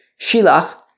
Shilach